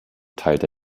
teilte